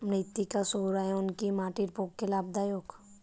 মৃত্তিকা সৌরায়ন কি মাটির পক্ষে লাভদায়ক?